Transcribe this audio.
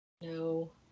No